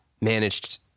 managed